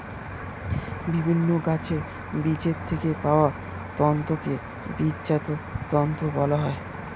বিভিন্ন গাছের বীজের থেকে পাওয়া তন্তুকে বীজজাত তন্তু বলা হয়